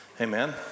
Amen